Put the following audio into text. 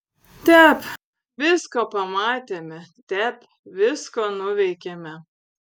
tep visko pamatėme tep visko nuveikėme